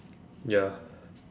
ya